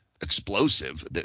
explosive